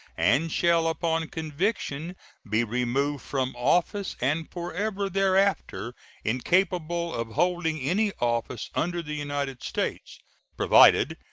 and shall upon conviction be removed from office and forever thereafter incapable of holding any office under the united states provided,